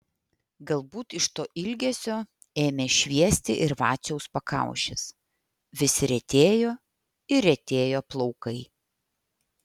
galbūt iš to ilgesio ėmė šviesti ir vaciaus pakaušis vis retėjo ir retėjo plaukai